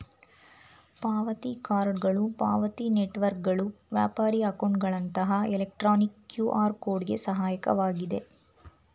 ಪಾವತಿ ಕಾರ್ಡ್ಗಳು ಪಾವತಿ ನೆಟ್ವರ್ಕ್ಗಳು ವ್ಯಾಪಾರಿ ಅಕೌಂಟ್ಗಳಂತಹ ಎಲೆಕ್ಟ್ರಾನಿಕ್ ಕ್ಯೂಆರ್ ಕೋಡ್ ಗೆ ಸಹಾಯಕವಾಗಿದೆ